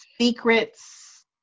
secrets